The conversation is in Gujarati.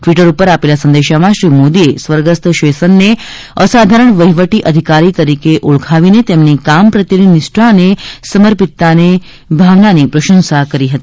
ટ્વિટર ઉપર આપેલા સંદેશામાં શ્રી મોદીએ સ્વર્ગસ્થ શેષનને અસાધારણ વહિવટી અધિકારી તરીકે ઓળખાવીને તેમની કામ પ્રત્યેની નિષ્ઠા અને સમર્પિતતાની ભાવનાની પ્રશંસા કરી હતી